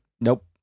Nope